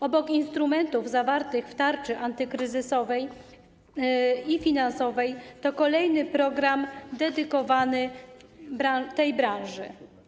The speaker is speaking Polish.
Obok instrumentów zawartych w tarczy antykryzysowej i finansowej to kolejny program dedykowany tej branży.